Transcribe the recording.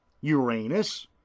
uranus